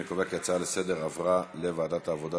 אני קובע כי ההצעה לסדר-היום עברה לוועדת העבודה